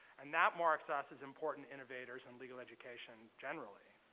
and that marks us as important innovators in legal education generally.